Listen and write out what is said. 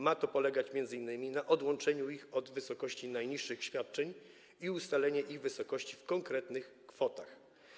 Ma to polegać m.in. na odłączeniu ich od wysokości najniższych świadczeń i ustaleniu ich wysokości na poziomie konkretnych kwot.